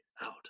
out